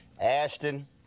Ashton